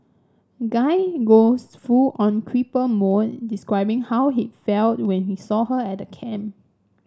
guy goes full on creeper mode describing how he felt when he saw her at camp